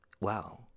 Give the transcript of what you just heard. wow